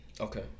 Okay